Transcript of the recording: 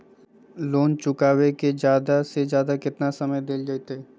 Loan चुकाबे के जादे से जादे केतना समय डेल जयते?